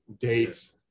dates